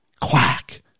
quack